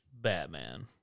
Batman